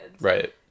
Right